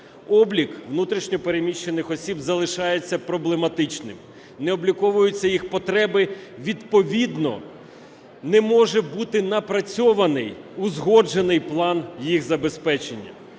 Облік внутрішньо переміщених осіб залишається проблематичним, не обліковуються їх потреби, відповідно не може бути напрацьований узгоджений план їх забезпечення.